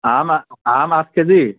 আম আম আঠ কেজি